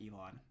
Elon